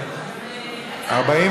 בעיה.